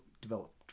developed